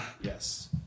Yes